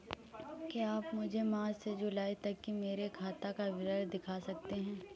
क्या आप मुझे मार्च से जूलाई तक की मेरे खाता का विवरण दिखा सकते हैं?